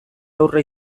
aurre